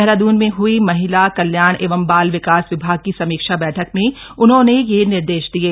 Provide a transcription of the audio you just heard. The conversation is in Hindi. देहरादून में ह्ई महिला कल्याण एवं बाल विकास विभाग की समीक्षा बैठक में उन्होंने यह निर्देश दिये